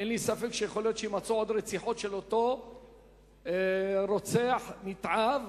אין לי ספק שיכול להיות שיימצאו עוד רציחות של אותו רוצח נתעב,